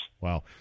Wow